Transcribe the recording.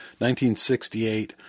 1968